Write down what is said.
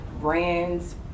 brands